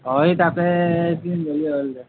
অঁ এই তাকে গ'লে হ'ল দে